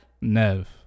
Nev